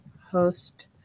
host